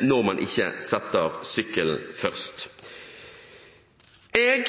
når man ikke setter sykkelen først. Jeg